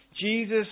Jesus